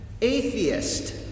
atheist